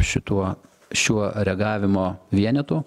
šituo šiuo reagavimo vienetu